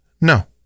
no